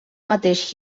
mateix